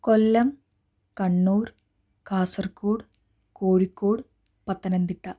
Kollam Kannur Kasaragod Kozhikode Pathanamthitta